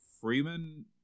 freeman